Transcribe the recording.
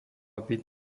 byť